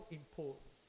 important